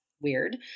weird